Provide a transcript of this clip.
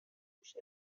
پوش